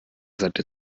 seite